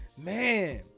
man